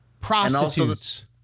prostitutes